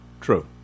true